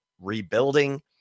rebuilding